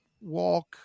Walk